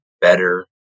better